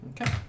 Okay